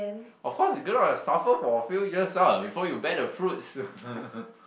of course you gonna suffer for a few years ah before you bear the fruits